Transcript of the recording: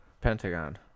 Pentagon